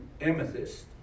amethyst